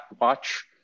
watch